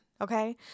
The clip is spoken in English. okay